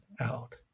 out